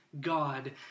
God